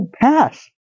pass